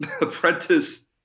apprentice